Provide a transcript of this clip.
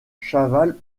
chaval